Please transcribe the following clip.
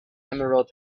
emerald